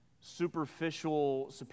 superficial